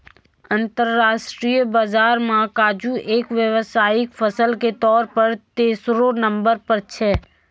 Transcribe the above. अंतरराष्ट्रीय बाजार मॅ काजू एक व्यावसायिक फसल के तौर पर तेसरो नंबर पर छै